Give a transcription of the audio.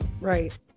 right